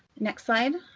next slide.